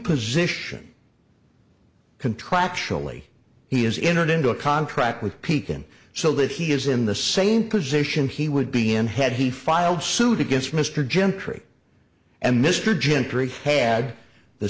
position contractually he is intern into a contract with pekin so that he is in the same position he would be in had he filed suit against mr gentry and mr